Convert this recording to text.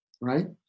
Right